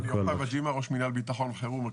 אני יוחאי וג'ימה, ראש מינהל ביטחון חירום.